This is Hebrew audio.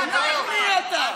אתם ממיטים עלינו אסון.